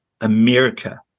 America